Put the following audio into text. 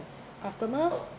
customer